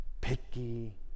picky